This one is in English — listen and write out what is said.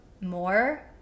more